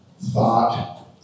thought